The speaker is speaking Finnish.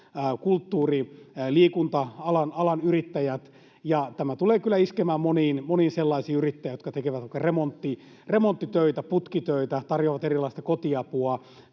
kulttuuri‑ ja liikunta-alan yrittäjät. Tämä tulee kyllä iskemään moniin sellaisiin yrittäjiin, jotka tekevät vaikka remonttitöitä, putkitöitä, tarjoavat erilaista kotiapua